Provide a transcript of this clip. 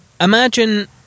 Imagine